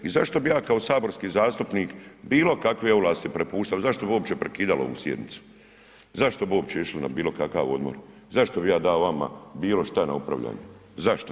I zašto bi ja kao saborski zastupnik bilo kakve ovlasti prepuštao, zašto bi uopće prekidali ovu sjednicu, zašto bi uopće išli na bilo kakav odmor, zašto bi ja dao vama bilo šta na upravljanje, zašto?